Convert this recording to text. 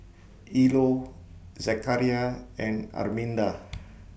Ilo Zechariah and Arminda